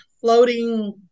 floating